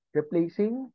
replacing